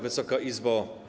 Wysoka Izbo!